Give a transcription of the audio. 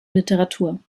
literatur